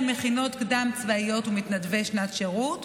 מכינות קדם-צבאיות ומתנדבי שנת שירות,